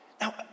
Now